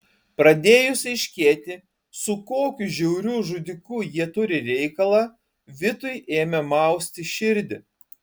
pradėjus aiškėti su kokiu žiauriu žudiku jie turi reikalą vitui ėmė mausti širdį